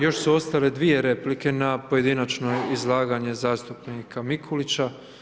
Još su ostale dvije replike na pojedinačno izlaganje zastupnika Mikulića.